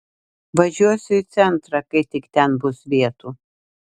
važiuosiu į centrą kai tik ten bus vietų